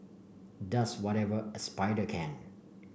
does whatever a spider can